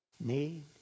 Need